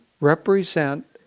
represent